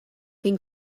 think